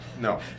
no